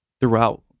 throughout